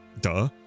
duh